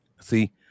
See